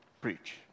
preach